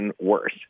worse